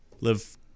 live